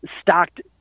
stocked